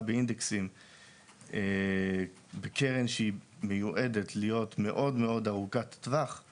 באינדקסים בקרן שהיא מיועדת להיות ארוכת טווח מאוד